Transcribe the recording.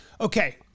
okay